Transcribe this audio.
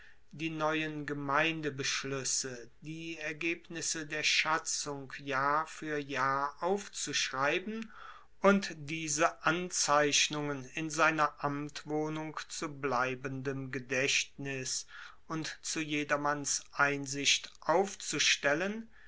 die neuen gemeindebeschluesse die ergebnisse der schatzung jahr fuer jahr aufzuschreiben und diese anzeichnungen in seiner amtwohnung zu bleibendem gedaechtnis und zu jedermanns einsicht aufzustellen